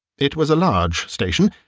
it was a large station,